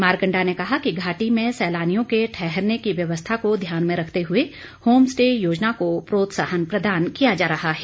मारकंडा ने कहा कि घाटी में सैलानियों के ठहरने की व्यवस्था को ध्यान में रखते हुए होम स्टे योजना को प्रोत्साहन प्रदान किया जा रहा है